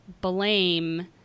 blame